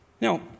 Now